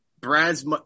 Brad's